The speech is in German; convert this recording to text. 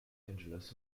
angeles